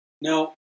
Now